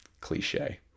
cliche